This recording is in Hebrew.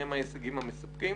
הם ההישגים המספקים,